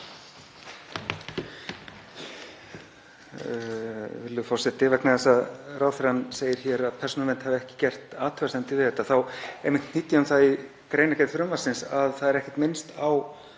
Það er ekkert minnst á